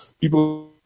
people –